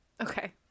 Okay